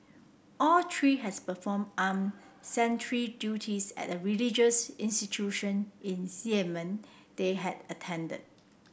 all three has performed armed sentry duties at a religious institution in Yemen they had attended